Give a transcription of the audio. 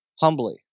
humbly